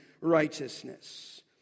righteousness